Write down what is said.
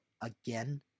again